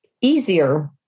easier